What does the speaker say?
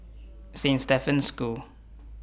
Saint Stephen's School